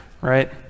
right